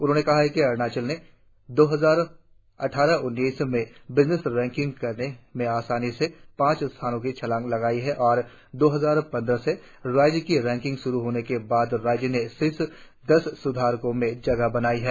उन्होंने कहा कि अरुणाचल ने दो हजार अट्डारह उन्नीस में बिजनेंस रैंकिंग करने में आसानी से पांच स्थानो की छलांग लगाई है और जबसे दो हजार पंद्रह से राज्यों की रैंकिंग श्रु होने के बाद राज्य ने शीर्ष दस स्धारकों ने जगह बनाई है